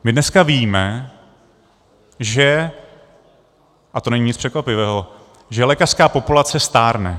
My dneska víme, a to není nic překvapivého, že lékařská populace stárne.